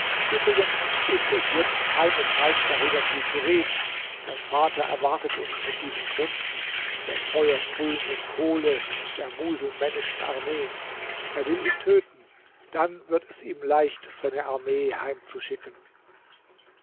übrigens ist es jetzt keine zeit darüber viel zu reden dein vater erwartet uns mit diesem prinzen der feuersprühenden kohle der muselmännischen armeen er will ihn töten dann wird es ihm leicht seine armee heimzuschicken